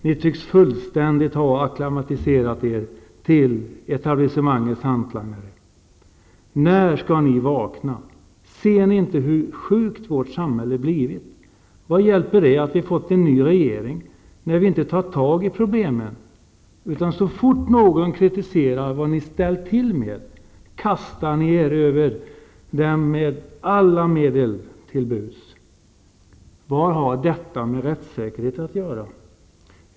Ni tycks fullständigt ha acklimatiserat er till etablissemangets hantlangare. När skall ni vakna? Ser ni inte hur sjukt vårt samhälle blivit? Vad hjälper det att vi har fått en ny regering, när vi inte tar tag i problemen. Så fort någon kritiserar vad ni ställt till med, kastar ni er över dem med alla till buds stående medel. Vad har detta med rättssäkerhet att göra?